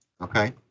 Okay